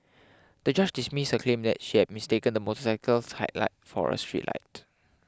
the judge dismissed her claim that she had mistaken the motorcycle's headlight for a street light